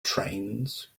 trains